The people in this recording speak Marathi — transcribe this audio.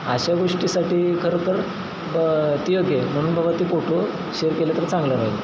अशा गोष्टीसाठी खरं तर बी योग्य म्हणून बाबा ती फोटो शेअर केले तर चांगलं राहील